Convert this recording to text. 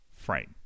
frame